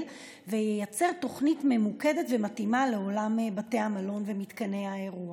וייצר תוכנית ממוקדת ומתאימה לעולם בתי המלון ומתקני האירוח.